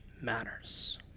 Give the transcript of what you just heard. matters